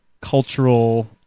cultural